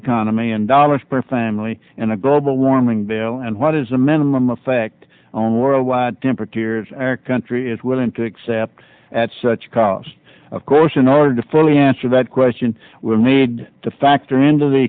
economy and dollars per family in a global warming bail and what is a minimum effect on worldwide temperatures our country is willing to accept at such a cost of course in order to fully answer that question we need to factor into the